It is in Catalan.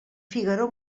figaró